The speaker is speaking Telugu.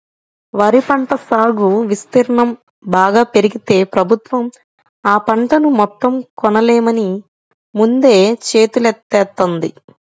వరి పంట సాగు విస్తీర్ణం బాగా పెరిగితే ప్రభుత్వం ఆ పంటను మొత్తం కొనలేమని ముందే చేతులెత్తేత్తంది